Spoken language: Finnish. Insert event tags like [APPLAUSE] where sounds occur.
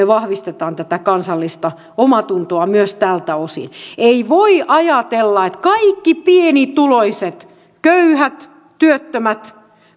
[UNINTELLIGIBLE] vahvistamme tätä kansallista omaatuntoa myös tältä osin ei voi ajatella että kaikki pienituloiset köyhät työttömät